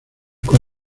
con